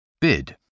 Bid